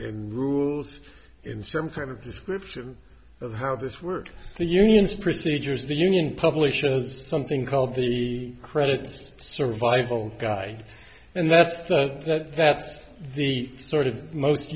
and rules in some sort of description of how this works the unions procedures the union publishes something called the credit survival guide and that's that that's the sort of most